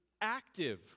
active